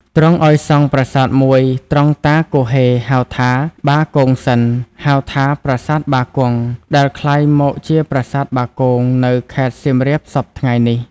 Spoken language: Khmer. ទ្រង់ឲ្យសង់ប្រាសាទមួយត្រង់តាគហ៊េហៅថា បាគងសិន ហៅថា "ប្រាសាទបាគង់" ដែលក្លាយមកជាប្រាសាទបាគង នៅ ខេត្តសៀមរាបសព្វថៃ្ងនេះ។